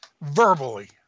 verbally